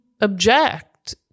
object